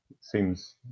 seems